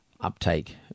uptake